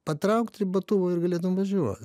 patraukt ribotuvą ir galėtum važiuot